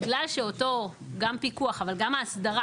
בגלל שפיקוח ואסדרה